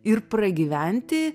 ir pragyventi